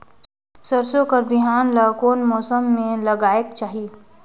सरसो कर बिहान ला कोन मौसम मे लगायेक चाही?